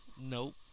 Nope